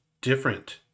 different